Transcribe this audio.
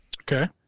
Okay